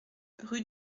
rue